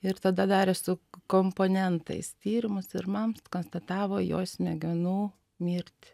ir tada darė su komponentais tyrimus ir man konstatavo jo smegenų mirtį